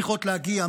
צריכות להגיע,